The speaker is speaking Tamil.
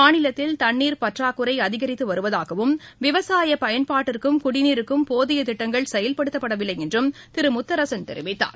மாநிலத்தில் தண்ணீர் பற்றாக்குறை அதிகரித்து வருவதாகவும் விவசாய பயன்பாட்டிற்கும் குடிநீருக்கும் போதிய திட்டங்கள் செயல்படுத்தப் படவில்லை என்றும் திரு முத்தரசன் தெரிவித்தார்